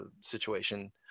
situation